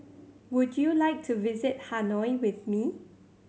would you like to visit Hanoi with me